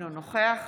נוכח